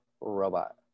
robot